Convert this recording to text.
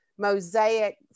mosaic